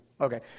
Okay